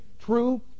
true